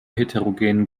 heterogenen